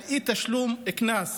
על אי-תשלום קנס